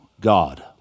God